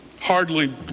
Hardly